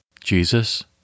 Jesus